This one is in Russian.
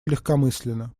легкомысленно